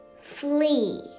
flee